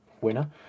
winner